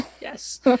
yes